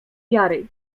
wiary